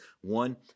one